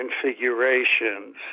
configurations